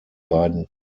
beiden